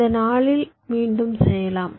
இந்த 4 இல் மீண்டும் செய்யலாம்